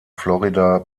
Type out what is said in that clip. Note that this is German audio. florida